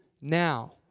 now